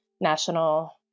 national